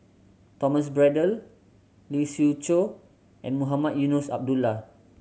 Thomas Braddell Lee Siew Choh and Mohamed Eunos Abdullah